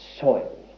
soil